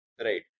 Right